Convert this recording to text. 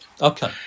Okay